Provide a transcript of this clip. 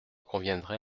conviendrez